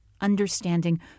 understanding